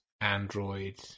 Android